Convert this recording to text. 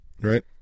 Right